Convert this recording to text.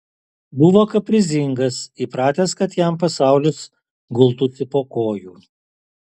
buvo kaprizingas įpratęs kad jam pasaulis gultųsi po kojų